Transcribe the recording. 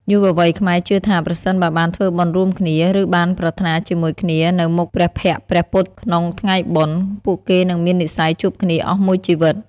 យុវវ័យខ្មែរជឿថា ប្រសិនបើបានធ្វើបុណ្យរួមគ្នា ឬបានប្រាថ្នាជាមួយគ្នានៅមុខព្រះភក្ត្រព្រះពុទ្ធក្នុងថ្ងៃបុណ្យ ពួកគេនឹងមាននិស្ស័យជួបគ្នាអស់មួយជីវិត។